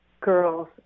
girls